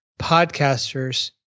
podcasters